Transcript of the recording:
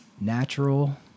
Natural